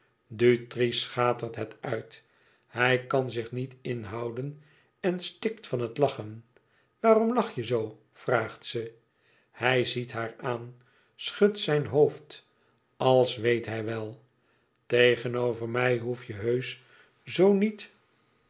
dutri schatert het uit hij kan zich niet inhouden en stikt van het lachen waarom lach je zoo vraagt ze hij ziet haar aan schudt zijn hoofd als weet hij wel tegenover mij hoef je heusch zoo niet